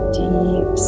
deep